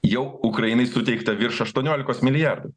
jau ukrainai suteikta virš aštuoniolikos milijardų